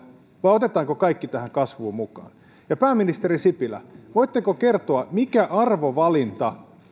vai otetaanko kaikki tähän kasvuun mukaan pääministeri sipilä voitteko kertoa mikä arvovalinta